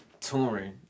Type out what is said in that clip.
touring